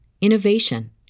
innovation